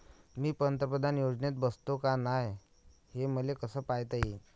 मी पंतप्रधान योजनेत बसतो का नाय, हे मले कस पायता येईन?